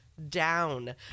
down